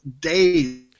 days